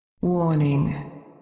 Warning